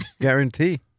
Guarantee